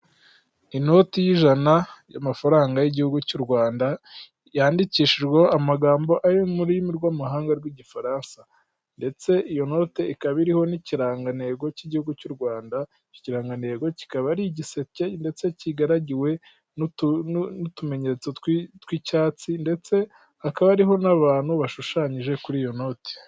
Inoti y'ijana y'amafaranga y'igihugu cy'u Rwanda yandikishijwe amagambo ari mu rurimi rw'amahanga rw'igifaransa ndetse iyo note ikaba iriho n'ikirangantego cy'igihugu cy'u Rwanda, icyo kirangantego kikaba ari igiseke ndetse kigaragiwe n'utumenyetso tw'icyatsi ndetse hakaba hariho n'abantu bashushanyije kuri iyo noti.